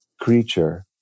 creature